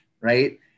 Right